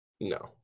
no